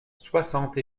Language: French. soixante